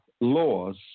laws